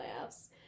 laughs